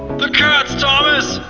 the cats, thomas!